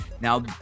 Now